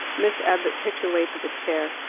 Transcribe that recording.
miss abbott picked her way to the chair.